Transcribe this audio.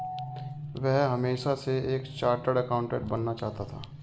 वह हमेशा से एक चार्टर्ड एकाउंटेंट बनना चाहता था